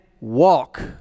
walk